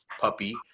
puppy